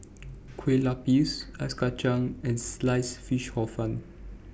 Kueh Lapis Ice Kacang and Sliced Fish Hor Fun